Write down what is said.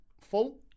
full